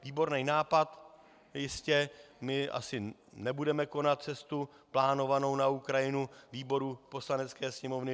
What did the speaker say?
Výborný nápad, my asi nebudeme konat cestu plánovanou na Ukrajinu výboru Poslanecké sněmovny.